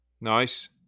Nice